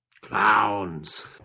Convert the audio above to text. clowns